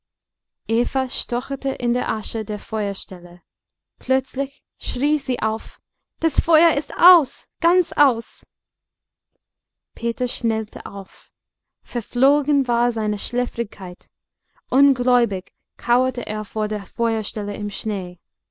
eva stocherte in der asche der feuerstelle plötzlich schrie sie auf das feuer ist aus ganz aus peter schnellte auf verflogen war seine schläfrigkeit ungläubig kauerte er vor der feuerstelle im schnee